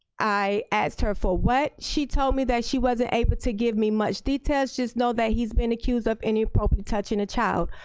i asked her for what? she told me that she wasn't able to give me much details, just know that he's been accused of inappropriate touching a child.